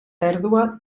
pèrdua